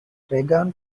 reagan